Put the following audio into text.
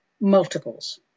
multiples